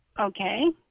Okay